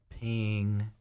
Ping